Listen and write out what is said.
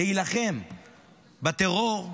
להילחם בטרור,